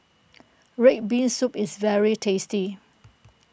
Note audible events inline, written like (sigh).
(noise) Red Bean Soup is very tasty